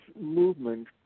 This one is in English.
movement